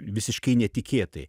visiškai netikėtai